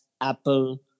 apple